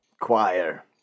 Choir